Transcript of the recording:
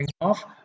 off